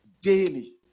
daily